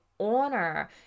honor